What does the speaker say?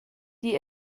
die